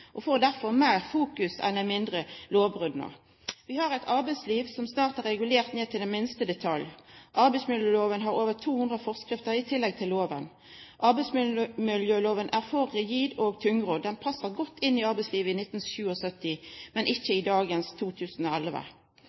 og får derfor mer fokus enn de mindre lovbruddene. Vi har et arbeidsliv som snart er regulert ned til minste detalj. Arbeidsmiljøloven har over 200 forskrifter i tillegg til loven. Arbeidsmiljøloven er for rigid og tungrodd. Den passet godt inn i arbeidslivet i 1977, men ikke i dagens, i 2011.